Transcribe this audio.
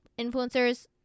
influencers